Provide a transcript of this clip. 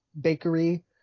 Bakery